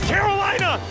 Carolina